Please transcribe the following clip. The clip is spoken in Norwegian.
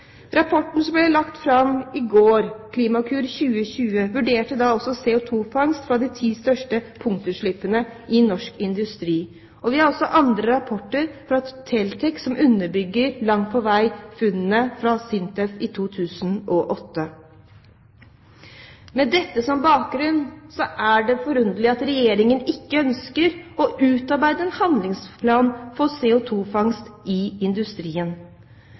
Rapporten som ble lagt fram i går, Klimakur 2020, vurderte CO2-fangst fra de ti største punktkildene i norsk industri. Vi har også rapporter fra Tel-Tek som langt på vei underbygger funnene fra SINTEF i 2008. Med dette som bakgrunn er det forunderlig at Regjeringen ikke ønsker å utarbeide en handlingsplan for CO2-fangst i industrien.